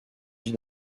vit